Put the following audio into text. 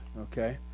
okay